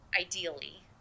Ideally